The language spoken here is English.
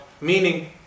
meaning